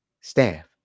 staff